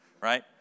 Right